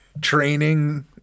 training